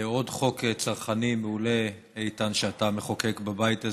עוד חוק צרכני מעולה, איתן, שאתה מחוקק בבית הזה.